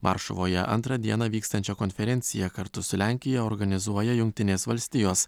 varšuvoje antrą dieną vykstančią konferenciją kartu su lenkija organizuoja jungtinės valstijos